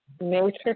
matrix